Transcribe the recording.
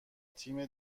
تیم